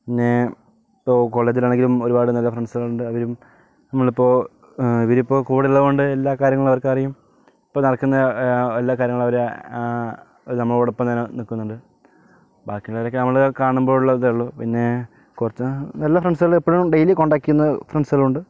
പിന്നെ ഇപ്പോൾ കോളേജിൽ ആണെങ്കിലും ഒരുപാട് നല്ല ഫ്രണ്ട്സ് ഉണ്ട് അവരും നമ്മൾ ഇപ്പോൾ ഇവര് ഇപ്പോൾ കൂടെ ഉള്ളത് കൊണ്ട് എല്ലാ കാര്യവും അവർക്ക് അറിയും ഇപ്പോൾ നടക്കുന്ന എല്ലാ കാര്യവും അവര് നമ്മളോട് ഒപ്പം തന്നെ നിൽക്കുന്നുണ്ട് ബാക്കി ഉള്ളവരൊക്കെ നമ്മളെ കാണുമ്പോൾ ഉള്ള ഇതേ ഉളളൂ പിന്നെ കുറച്ച് നല്ല ഫ്രണ്ട്സുകൾ എപ്പോഴും ഡെയിലി കോൺടാക്ട് ചെയ്യുന്ന ഫ്രണ്ട്സുകളുണ്ട്